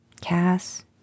Cass